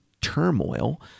turmoil